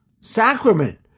sacrament